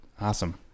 awesome